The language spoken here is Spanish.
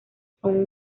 son